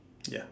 ya